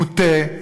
מוטה,